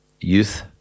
youth